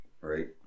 Right